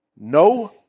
no